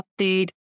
update